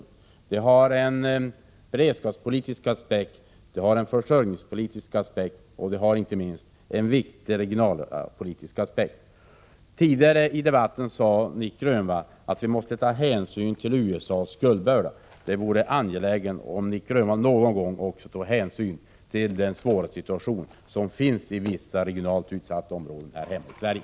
Här finns det en beredskapspolitisk, en försörjningspolitisk och inte minst en viktig regionalpolitisk aspekt. Tidigare i debatten sade Nic Grönvall att vi måste ta hänsyn till USA:s skuldbörda. Det vore bra om Nic Grönvall någon gång också tog hänsyn till den svåra situationen i vissa regioner i Sverige.